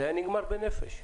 זה היה נגמר בנפש.